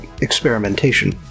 experimentation